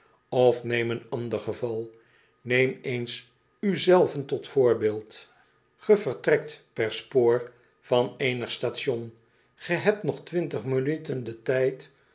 of neem een ander geval neem eens u zelven tot voorbeeld ge vertrekt per spoor van eenig station ge hebt nog twintig minuten den tijd